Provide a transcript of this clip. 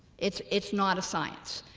it's it's not a science